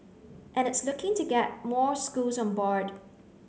and it's looking to get more schools on board